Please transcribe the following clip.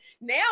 Now